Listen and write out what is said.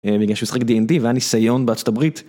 בגלל שהוא שיחק DND והניסיון בארצות הברית